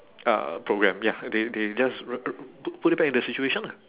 uh program ya they they just wri~ put put back into the situation lah